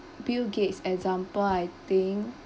bill gates example I think